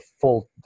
fault